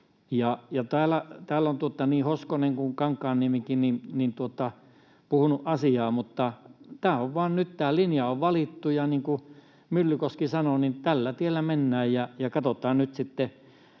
Täällä on niin Hoskonen kuin Kankaanniemikin puhuneet asiaa, mutta tämä linja on valittu, ja niin kuin Myllykoski sanoi, niin tällä tiellä mennään, ja katsotaan nyt sitten,